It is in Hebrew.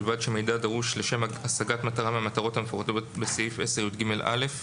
ובלבד שהמידע דרוש לשם השגת מטרה מהמטרות המפורטות סעיף 10יג(א)".